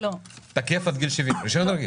תקף עד גיל 70. לא.